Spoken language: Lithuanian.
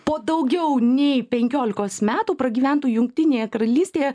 po daugiau nei penkiolikos metų pragyventų jungtinėje karalystėje